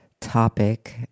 topic